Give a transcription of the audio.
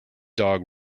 dog